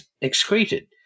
excreted